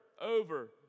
over